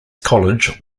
college